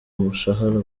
umushahara